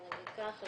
בוא נגיד כך,